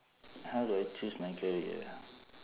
how do I choose my career ah